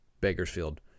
Bakersfield